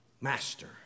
master